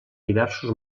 diversos